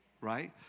right